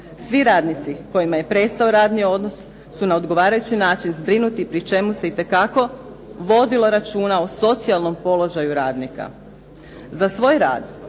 Svi radnici kojima je prestao radni odnos su na odgovarajući način zbrinuti pri čemu se itekako vodilo računa o socijalnom položaju radnika. Za svoj rad